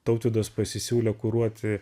tautvydas pasisiūlė kuruoti